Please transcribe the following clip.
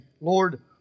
Lord